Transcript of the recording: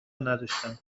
نداشتم